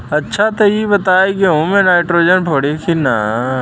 अच्छा त ई बताईं गेहूँ मे नाइट्रोजन पड़ी कि ना?